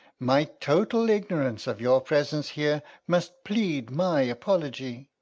my total ignorance of your presence here must plead my apology.